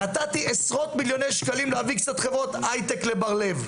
נתתי עשרות מיליוני שקלים כדי להביא חברות הייטק לבר לב.